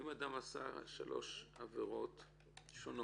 אם אדם עשה שלוש עבירות שונות